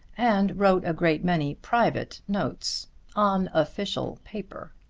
and wrote a great many private notes on official paper!